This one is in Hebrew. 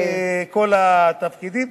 נבדוק את כל התפקידים,